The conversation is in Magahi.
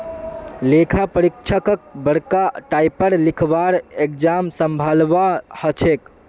लेखा परीक्षकक बरका टाइपेर लिखवार एग्जाम संभलवा हछेक